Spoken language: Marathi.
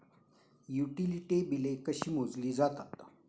युटिलिटी बिले कशी मोजली जातात?